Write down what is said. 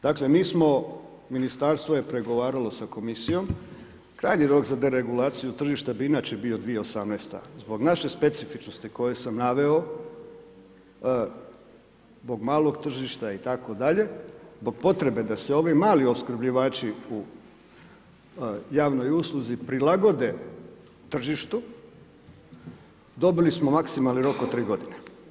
Dakle ministarstvo je pregovaralo sa komisijom, krajnji rok za deregulaciju tržišta bi inače bio 2018., zbog naše specifičnosti koje sam naveo, zbog malog tržišta itd., zbog potrebe da se ovi mali opskrbljivači u javnoj usluzi prilagode tržištu, dobili smo maksimalni rok od 3 godine.